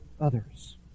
others